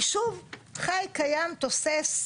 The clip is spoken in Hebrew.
יישוב חי, קיים, תוסס,